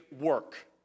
work